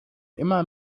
immer